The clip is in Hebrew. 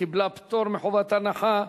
קיבלה פטור מחובת הנחה.